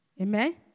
Amen